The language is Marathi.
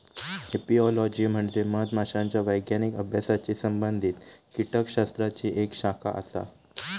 एपिओलॉजी म्हणजे मधमाशांच्या वैज्ञानिक अभ्यासाशी संबंधित कीटकशास्त्राची एक शाखा आसा